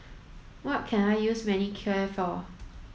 what can I use Manicare for